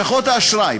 לשכות האשראי,